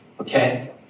Okay